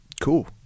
Cool